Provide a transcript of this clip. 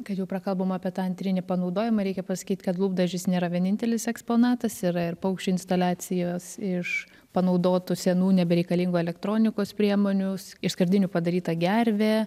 kad jau prakalbom apie tą antrinį panaudojimą reikia pasakyti kad lūpdažis nėra vienintelis eksponatas yra ir paukščių instaliacijos iš panaudotų senų nebereikalingų elektronikos priemonių iš skardinių padaryta gervė